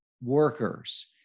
workers